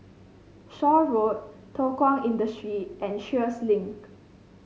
Shaw Road Thow Kwang Industry and Sheares Link